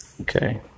Okay